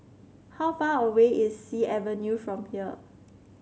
how far away is Sea Avenue from here